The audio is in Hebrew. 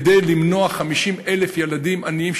כדי למנוע 50,000 ילדים עניים,